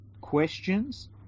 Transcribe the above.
questions